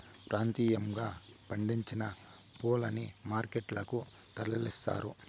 ప్రాంతీయంగా పండించిన పూలని మార్కెట్ లకు తరలిస్తారు